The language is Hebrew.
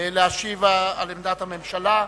להציג את עמדת הממשלה.